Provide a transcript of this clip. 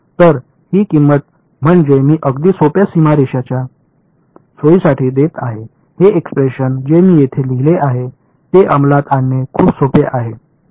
तर ही किंमत म्हणजे मी अगदी सोप्या सीमारेषाच्या सोयीसाठी देत आहे हे एक्सप्रेशन जे मी येथे लिहिले आहे ते अंमलात आणणे खूप सोपे आहे